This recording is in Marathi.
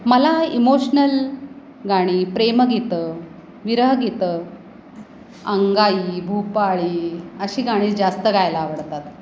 मला इमोशनल गाणी प्रेमगीतं विरहगीतं अंगाई भूपाळी अशी गाणी जास्त गायला आवडतात